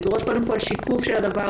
לדרוש קודם כול שיקוף של הדבר,